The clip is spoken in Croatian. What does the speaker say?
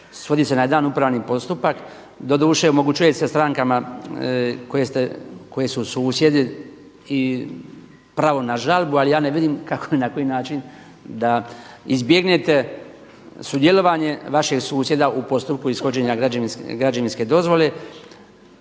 svodi se na jedan upravni postupak, doduše omogućuje se strankama koje su susjedi i pravo na žalbu ali ja ne vidimo kako i na koji način da izbjegnete sudjelovanje vašeg susjeda u postupku ishođenja građevinske dozvole.